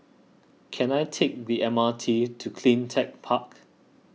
can I take the M R T to CleanTech Park